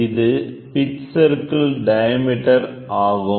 இது pitch circle diameter ஆகும்